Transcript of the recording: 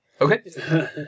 Okay